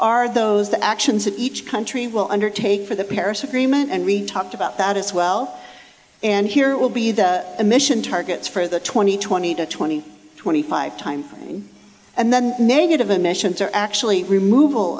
are those the actions of each country will undertake for the paris agreement and we talked about that as well and here will be the emission targets for the twenty twenty to twenty twenty five time and then negative emissions are actually removal